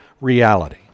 reality